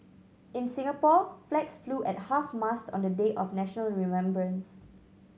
in Singapore flags flew at half mast on the day of national remembrance